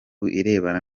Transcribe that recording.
irebana